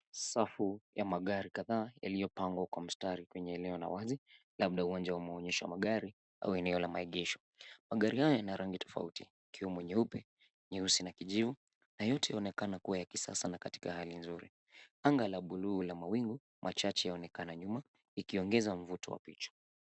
Safu ya magari kadhaa yaliopangwa kwa mstari kwenye eneo la wazi labda uwanja wa muonyesho wa magari au eneo la maegesho. Magari haya yana rangi tofauti ikiwemo nyeupe, nyeusi na kijivu na yote yaonekana kuwa ya kisasa na katika hali nzuri. Anga la buluu ya mawingu, machache yanaonekana nyuma ikiongeza mvuto wa picha.